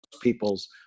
people's